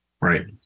Right